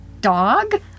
dog